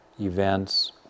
events